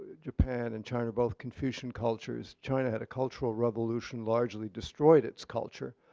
japan and china are both confucian cultures. china had a cultural revolution, largely destroyed its culture.